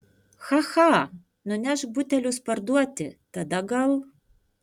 cha cha nunešk butelius parduoti tada gal